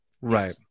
right